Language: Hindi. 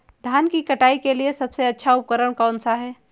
धान की कटाई के लिए सबसे अच्छा उपकरण कौन सा है?